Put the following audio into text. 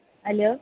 hello